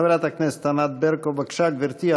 חברת הכנסת ענת ברקו, בבקשה, גברתי.